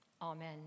Amen